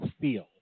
feel